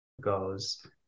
goes